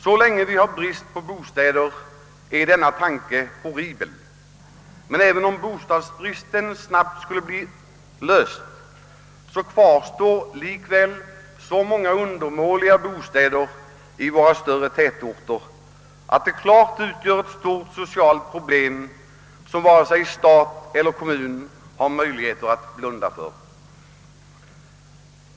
Så länge vi har brist på bostäder är denna tanke horribel, och även om bostadsbristen snabbt skulle klaras av kommer så många undermåliga bostäder att finnas kvar i våra större tätorter, att de utgör ett stort socialt problem som varken stat eller kommun kan blunda för.